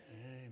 Amen